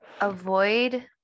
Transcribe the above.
avoid